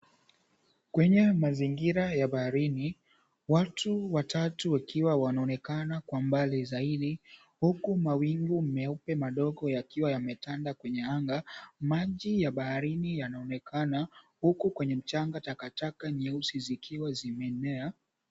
Kwenye mazingira ya baharini, watu watatu wakiwa wanaonekana kwa umbali zaidi, huku mawingu meupe madogo yakiwa yametanda kwenye anga. Maji ya baharini yanaonekana huku kwenye mchanga takataka nyeusi zikiwa zimeenea.